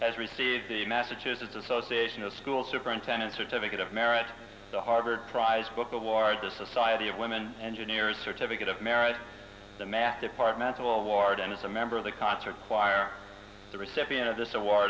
has received the massachusetts association of school superintendent certificate of merit the harvard prize book award the society of women engineers certificate of merit the math department of all award and is a member of the concert choir the recipient of this awar